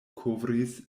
kovris